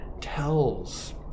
tells